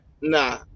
Nah